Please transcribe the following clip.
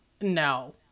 No